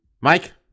Mike